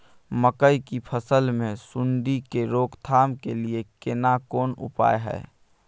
मकई की फसल मे सुंडी के रोक थाम के लिये केना कोन उपाय हय?